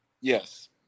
Yes